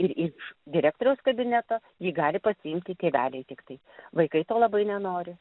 ir iš direktoriaus kabineto jį gali pasiimti tėveliai tiktai vaikai to labai nenori